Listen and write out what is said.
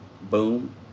Boom